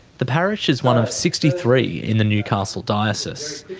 the parish is one of sixty three in the newcastle diocese.